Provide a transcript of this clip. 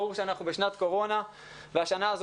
ברור שאנחנו בשנת קורונה והשנה הזאת